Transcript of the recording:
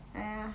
!aiya!